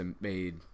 made